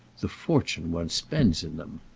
the fortune one spends in them!